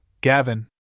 Gavin